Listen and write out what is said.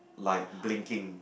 like blinking